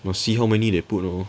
must see how many they put loh